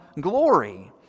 glory